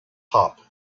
hop